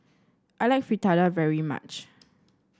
I like Fritada very much